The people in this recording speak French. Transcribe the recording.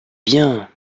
bien